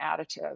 additive